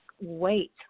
Wait